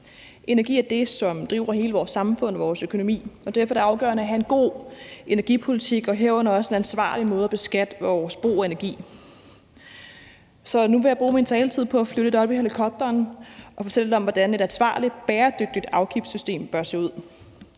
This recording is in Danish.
Energi er det, som driver hele vores samfund og vores økonomi, og derfor er det afgørende at have en god energipolitik, herunder også en ansvarlig måde at beskatte vores brug af energi på. Nu vil jeg bruge min taletid på at flyve lidt op i helikopteren og fortælle lidt om, hvordan et ansvarligt, bæredygtigt afgiftssystem bør se ud.